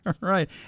right